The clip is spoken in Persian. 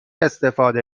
استفاده